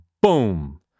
boom